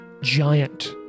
giant